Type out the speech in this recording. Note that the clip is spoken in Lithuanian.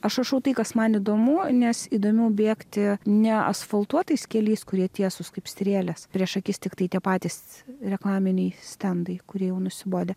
aš rašau tai kas man įdomu nes įdomiau bėgti neasfaltuotais keliais kurie tiesūs kaip strėlės prieš akis tiktai tie patys reklaminiai stendai kurie jau nusibodę